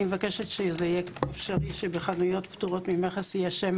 אני מבקשת שזה יהיה אפשרי שבחנויות פטורות ממכס יהיה שם